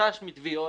בחשש מתביעות.